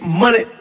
money